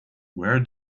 where